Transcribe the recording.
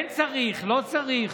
כן צריך, לא צריך,